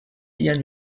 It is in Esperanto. sian